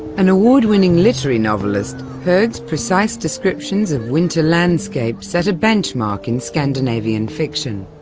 an award-winning literary novelist, hoeg's precise descriptions of winter landscapes set a benchmark in scandinavian fiction.